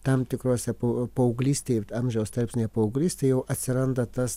tam tikrose poo paauglystėj amžiaus tarpsnyje paauglystėje jau atsiranda tas